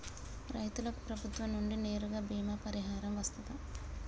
రైతులకు ప్రభుత్వం నుండి నేరుగా బీమా పరిహారం వత్తదా?